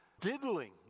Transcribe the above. diddling